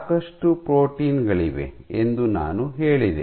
ಸಾಕಷ್ಟು ಪ್ರೋಟೀನ್ ಗಳಿವೆ ಎಂದು ನಾನು ಹೇಳಿದೆ